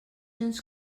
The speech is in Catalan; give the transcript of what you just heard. ens